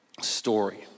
story